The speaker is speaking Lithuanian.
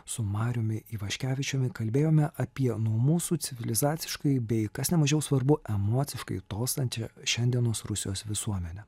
su mariumi ivaškevičiumi kalbėjome apie nuo mūsų civilizaciškaibei kas nemažiau svarbu emociškai tolstančią šiandienos rusijos visuomenę